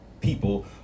people